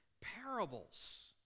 parables